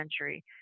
century